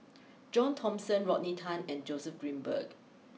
John Thomson Rodney Tan and Joseph Grimberg